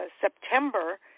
September